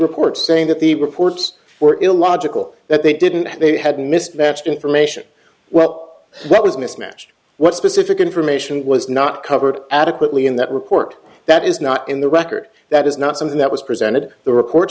report saying that the reports were illogical that they didn't and they had mismatched information well that was mismatched what specific information was not covered adequately in that report that is not in the record that is not something that was presented the reports